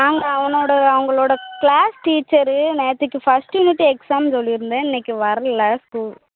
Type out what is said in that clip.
நாங்கள் அவனோடய அவங்களோட க்ளாஸ் டீச்சரு நேத்திக்கு ஃபஸ்டு யூனிட்டு எக்ஸாம் சொல்லியிருந்தேன் இன்னைக்கு வரல்ல ஸ்கூல்